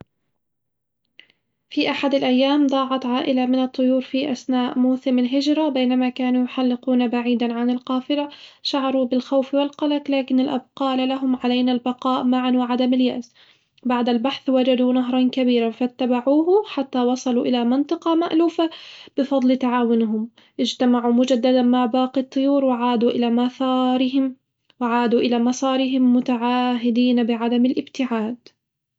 في أحد الأيام، ضاعت عائلة من الطيور في أثناء موسم الهجرة بينما كانوا يحلقون بعيدًا عن القافلة شعروا بالخوف والقلق لكن الأب قال لهم علينا البقاء معًا وعدم اليأس، بعد البحث وجدوا نهرًا كبيرًا فاتبعوه حتى وصلوا إلى منطقة مألوفة بفضل تعاونهم، اجتمعوا مجددًا مع باقي الطيور وعادوا إلى مسارهم وعادوا إلى مسارهم متعاهدين بعدم الابتعاد.